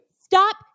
Stop